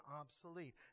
obsolete